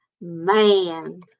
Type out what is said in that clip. man